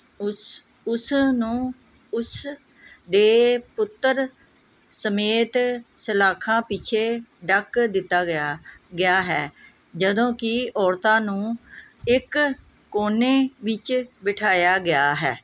ਉਸ ਉਸ ਨੂੰ ਉਸ ਦੇ ਪੁੱਤਰ ਸਮੇਤ ਸਲਾਖਾਂ ਪਿੱਛੇ ਡੱਕ ਦਿੱਤਾ ਗਿਆ ਗਿਆ ਹੈ ਜਦੋਂ ਕਿ ਔਰਤਾਂ ਨੂੰ ਇੱਕ ਕੋਨੇ ਵਿੱਚ ਬਿਠਾਇਆ ਗਿਆ ਹੈ